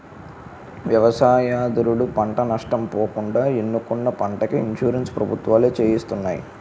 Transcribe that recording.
వ్యవసాయదారుడు పంట నష్ట పోకుండా ఏసుకున్న పంటకి ఇన్సూరెన్స్ ప్రభుత్వాలే చేస్తున్నాయి